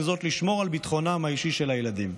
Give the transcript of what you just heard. זאת לשמור על ביטחונם האישי של הילדים.